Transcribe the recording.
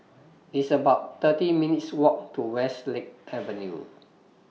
It's about thirty minutes' Walk to Westlake Avenue